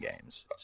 games